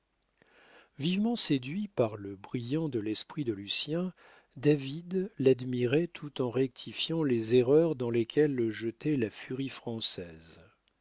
séduit par le brillant de l'esprit de lucien david l'admirait tout en rectifiant les erreurs dans lesquelles le jetait la furie française